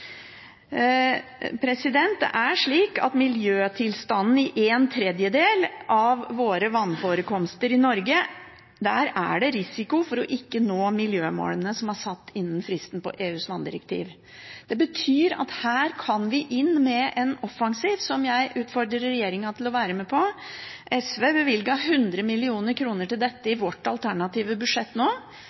Miljøtilstanden i en tredjedel av våre vannforekomster i Norge er slik at det er en risiko for ikke å nå miljømålene i EUs vanndirektiv innen fristen. Det betyr at vi her kan gå inn med en offensiv som jeg utfordrer regjeringen til å være med på. Vi i SV bevilget 100 mill. kr til dette i vårt alternative budsjett fordi vi må nå